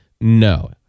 No